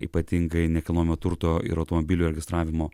ypatingai nekilnojamo turto ir automobilių registravimo